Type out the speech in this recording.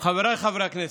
חבריי חברי הכנסת,